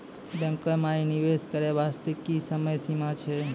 बैंको माई निवेश करे बास्ते की समय सीमा छै?